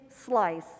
slice